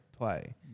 play